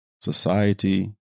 society